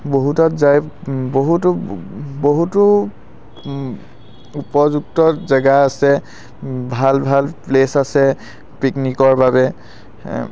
বহু তাত যায় বহুতো বহুতো উপযুক্ত জেগা আছে ভাল ভাল প্লেচ আছে পিকনিকৰ বাবে